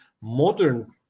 modern